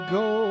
go